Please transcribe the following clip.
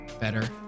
better